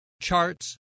charts